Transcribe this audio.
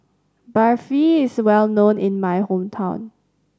barfi is well known in my hometown